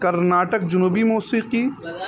کرناٹک جنوبی موسیقی